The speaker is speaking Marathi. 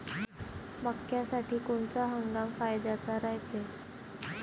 मक्क्यासाठी कोनचा हंगाम फायद्याचा रायते?